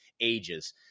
ages